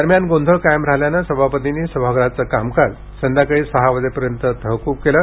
दरम्यान गोंधळ कायम राहिल्यानं सभापतींनी सभागृहाचं कामकाज संध्याकाळी सहा वाजेपर्यंत तहकूब केलं